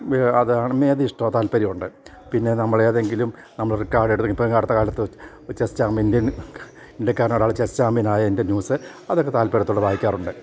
അതാണ് മേതി ഇഷ്ടം താല്പര്യമുണ്ട് പിന്നെ നമ്മൾ ഏതെങ്കിലും നമ്മൾ കാർഡ് എടുത്ത് ഇപ്പം അടുത്ത കാലത്ത് ചെസ് ചാമ്പീൻ ഇന്ത്യക്കാരൻ ഒരാൾ ചെസ് ചാമ്പ്യനായതിൻ്റെ ന്യൂസ് അതൊക്കെ താല്പര്യത്തോടെ വായിക്കാറുണ്ട്